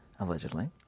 Allegedly